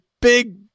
big